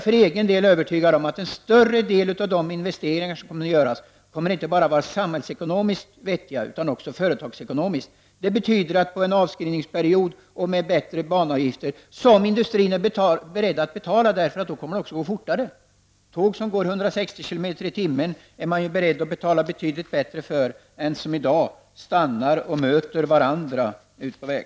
För egen del är jag övertygad om att en större del av de investeringar som skall göras kommer att vara inte bara samhällsekonomiskt utan också företagsekonomiskt vettiga. Det betyder att industrin är beredd att betala högre banavgifter, eftersom tåget kommer att gå snabbare. Tåg som går 160 km/tim är man ju beredd att betala mer för än för tåg som kör som i dag, stannar och möter varandra.